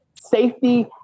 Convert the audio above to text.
Safety